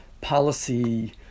policy